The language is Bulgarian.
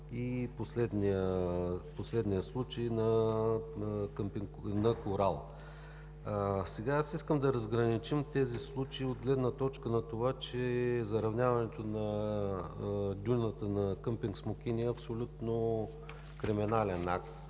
и последния случай на Корала. Искам да разграничим тези случаи от гледна точка на това, че заравняването на дюната на къмпинг „Смокиня“ е абсолютно криминален акт.